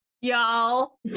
y'all